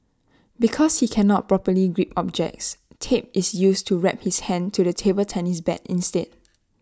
because he cannot properly grip objects tape is used to wrap his hand to the table tennis bat instead